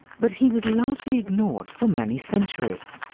but he was largely ignored for many centuries.